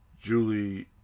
julie